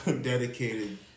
dedicated